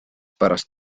pärast